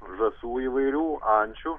žąsų įvairių ančių